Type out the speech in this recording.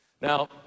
Now